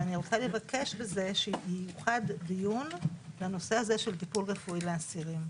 ואני רוצה לבקש שייוחד דיון לנושא הזה של טיפול רפואי לאסירים.